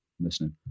listening